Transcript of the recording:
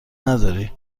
نداری